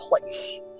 place